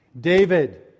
David